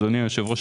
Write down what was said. אדוני יושב הראש,